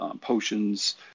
potions